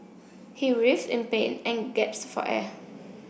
he writhed in pain and gasped for air